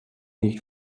nicht